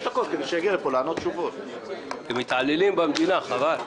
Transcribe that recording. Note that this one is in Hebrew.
יש תקציב אבל מתעללים בהם.